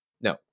no